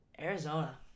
Arizona